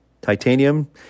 Titanium